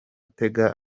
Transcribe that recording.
tega